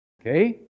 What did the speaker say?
Okay